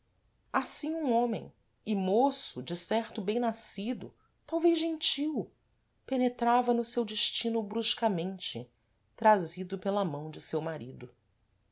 assim um homem e môço de certo bem nascido talvez gentil penetrava no seu destino bruscamente trazido pela mão de seu marido